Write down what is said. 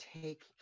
take